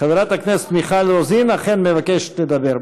חברת הכנסת מיכל רוזין אכן מבקשת לדבר.